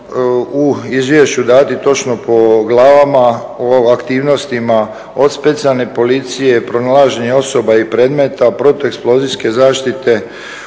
u izvješću dati točno po glavama o aktivnostima od Specijalne policije, pronalaženje osoba i predmeta, protu eksplozijske zaštite,